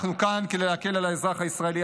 אנחנו כאן כדי להקל על האזרח הישראלי.